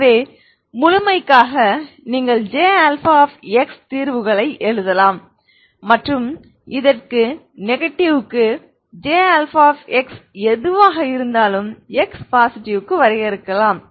எனவே முழுமைக்காக நீங்கள் Jx தீர்வுகளை எழுதலாம் மற்றும் இதற்கு நெகடிவ்க்கு Jx எதுவாக இருந்தாலும் x பாசிடிவ்க்கு வரையறுக்கலாம்